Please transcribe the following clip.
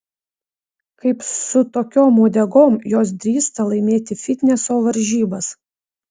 kaip su tokiom uodegom jos drįsta laimėti fitneso varžybas